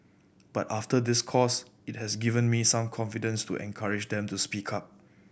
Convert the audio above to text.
but after this course it has given me some confidence to encourage them to speak up